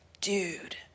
Dude